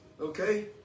Okay